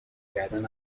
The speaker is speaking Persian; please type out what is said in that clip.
کردن